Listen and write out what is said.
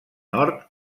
nord